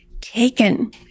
taken